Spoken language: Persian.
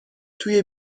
توی